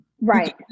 Right